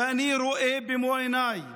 ואני רואה במו עיניי